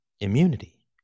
immunity